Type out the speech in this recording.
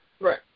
Right